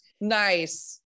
Nice